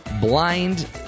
Blind